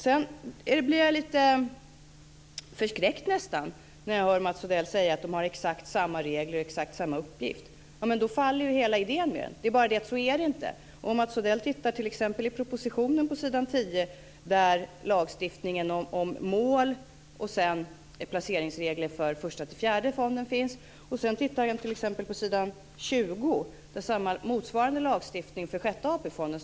Jag blir nästan lite förskräckt när jag hör Mats Odell säga att fonderna har exakt samma regler och exakt samma uppgift. Då faller ju hela idén med den här. Det är bara det att det inte är så. Mats Odell kan t.ex. titta i propositionen på s. 10. Där finns lagstiftningen, mål och placeringsregler för Första-Fjärde AP-fonden. Sedan kan han titta t.ex. på s. 20. Där finns motsvarande lagstiftning för Sjätte AP-fonden.